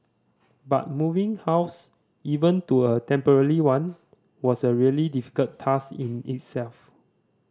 but moving house even to a temporary one was a really difficult task in itself